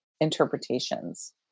interpretations